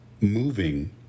moving